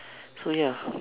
so ya